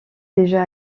déjà